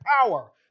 power